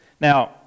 Now